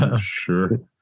Sure